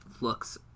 looks